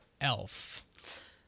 elf